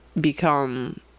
become